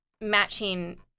matching